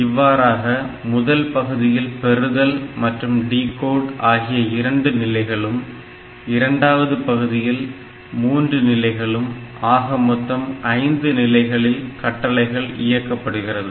இவ்வாறாக முதல் பகுதியில் பெறுதல் மற்றும் டிகோட் ஆகிய இரண்டு நிலைகளும் இரண்டாவது பகுதியில் மூன்று நிலைகளும் ஆக மொத்தம் ஐந்து நிலைகளில் கட்டளைகள் இயக்கப்படுகிறது